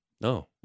No